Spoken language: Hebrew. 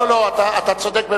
אתה צודק.